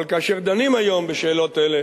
אבל כאשר דנים היום בשאלות אלה